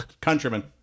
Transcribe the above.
countrymen